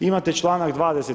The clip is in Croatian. Imate članak 20.